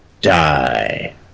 die